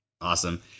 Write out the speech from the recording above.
Awesome